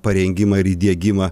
parengimą ir įdiegimą